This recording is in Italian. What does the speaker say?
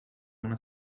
una